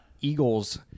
Eagles